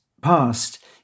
past